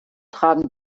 tragen